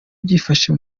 byifashe